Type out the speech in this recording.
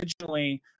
originally